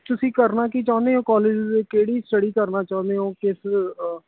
ਤੁਸੀਂ ਕਰਨਾ ਕੀ ਚਾਹੁੰਦੇ ਹੋ ਕਾਲਜ ਕਿਹੜੀ ਸਟਡੀ ਕਰਨਾ ਚਾਹੁੰਦੇ ਹੋ ਕਿਸ